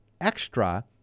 extra